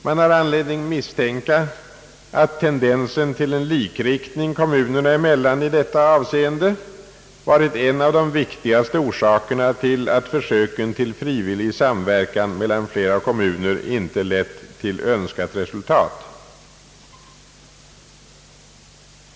Man har anledning misstänka att tendensen till en likriktning kommunerna emellan i detta avseende varit en av de viktigaste orsakerna till att försöken till frivillig samverkan mellan flera kommuner inte lett till önskat resultat.